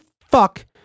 fuck